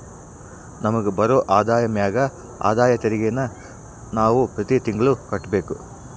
ನಮಿಗ್ ಬರೋ ಆದಾಯದ ಮ್ಯಾಗ ಆದಾಯ ತೆರಿಗೆನ ನಾವು ಪ್ರತಿ ತಿಂಗ್ಳು ಕಟ್ಬಕು